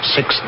Six